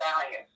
value